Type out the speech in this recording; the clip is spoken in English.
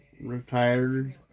retired